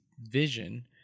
vision